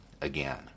again